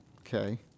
okay